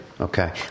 Okay